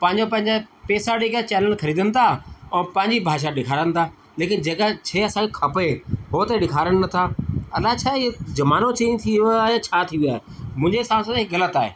पंहिंजा पंहिंजा पैसा ॾेई करे चैनल ख़रीदनि था अऊं पांजी भाषा ॾेखारनि तां लेकिन जेका शइ असांखे खपे उहो त ॾेखारनि नथा अलाए छा इहो ज़मानो चैंज थी वियो आहे या छा थी वियो आहे मुंहिंजे हिसाब सां इहो ग़लति आहे